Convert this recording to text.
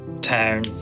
town